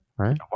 right